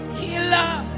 healer